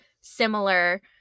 similar